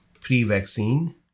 pre-vaccine